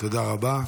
תודה רבה.